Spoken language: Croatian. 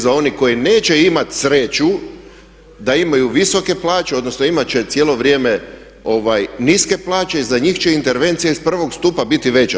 Za one koji neće imati sreću da imaju visoke plaće, odnosno imat će cijelo vrijeme niske plaće, za njih će intervencija iz prvog stupa biti veća.